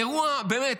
אירוע, באמת,